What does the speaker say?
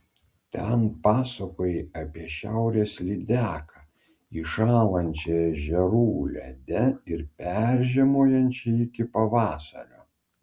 ten pasakojai apie šiaurės lydeką įšąlančią ežerų lede ir peržiemojančią iki pavasario